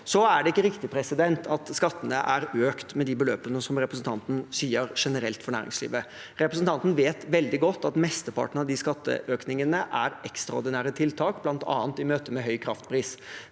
Det er ikke riktig at skattene er økt med de beløpene som representanten sier, generelt for næringslivet. Representanten vet veldig godt at mesteparten av de skatteøkningene er ekstraordinære tiltak, bl.a. i møte med høy kraftpris.